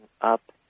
up